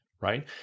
right